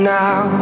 now